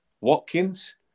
Watkins